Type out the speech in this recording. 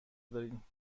داریم